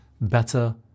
better